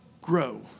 grow